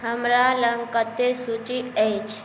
हमरा लग कतेक सूची अछि